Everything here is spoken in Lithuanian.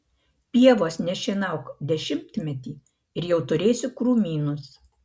pievos nešienauk dešimtmetį ir jau turėsi krūmynus